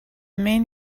main